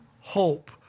hope